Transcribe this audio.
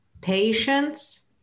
Patience